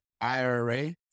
IRA